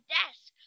desk